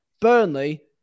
Burnley